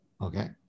Okay